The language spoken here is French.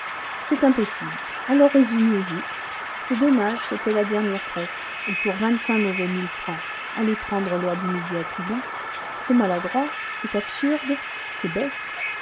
c'est impossible alors résignez-vous c'est dommage c'était la dernière traite et pour vingt-cinq mauvais mille francs aller prendre l'air du midi à toulon c'est maladroit c'est absurde c'est bête